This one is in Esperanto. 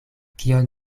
kion